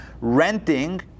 Renting